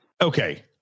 Okay